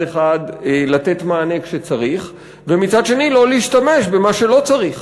אחד לתת מענה כשצריך ומצד שני לא להשתמש במה שלא צריך.